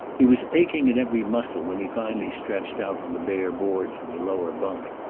he was aching in every muscle when he finally stretched out on the bare boards of the lower bunk.